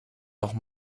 noch